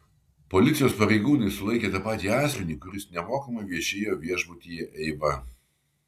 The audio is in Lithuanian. policijos pareigūnai sulaikė tą patį asmenį kuris nemokamai viešėjo viešbutyje eiva